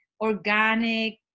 organic